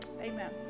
Amen